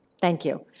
thank you.